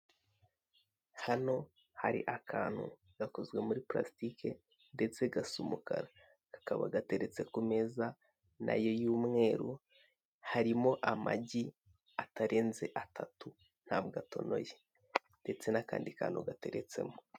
Hano hari akantu gakozwe muri plastike ndetse gasa umukara, kakaba gateretse ku meza nayo y'umweru harimo amagi atarenze atatu ntabwo atonoye ndetse n'akandi kantu gateretsemo.